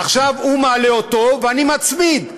עכשיו הוא מעלה אותו ואני מצמיד.